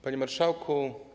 Panie Marszałku!